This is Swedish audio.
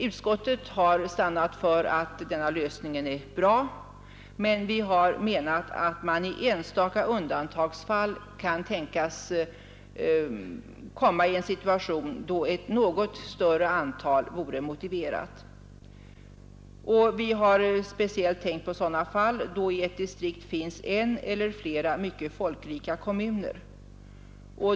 Utskottet har stannat för att denna lösning är bra men har menat att man i enstaka undantagsfall kan tänkas komma i en situation då ett något större antal vore motiverat. Vi har speciellt tänkt på sådana fall där i ett distrikt finns en eller flera mycket folkrika kommuner.